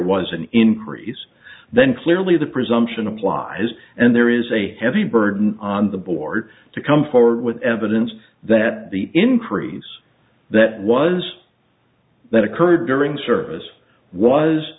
was an increase then clearly the presumption applies and there is a heavy burden on the board to come forward with evidence that the increase that was that occurred during service was